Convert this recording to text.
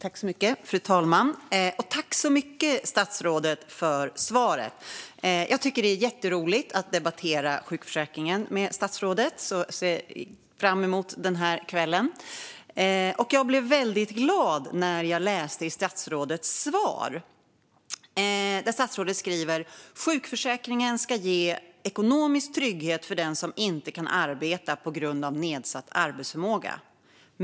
Fru talman! Jag tackar statsrådet så mycket för svaret. Jag tycker att det är jätteroligt att debattera sjukförsäkringen med statsrådet och ser fram emot den här kvällen. Jag blev väldigt glad av följande i statsrådets svar: "Sjukförsäkringen ska ge ekonomisk trygghet för den som inte kan arbeta på grund av nedsatt arbetsförmåga.